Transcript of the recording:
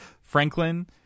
Franklin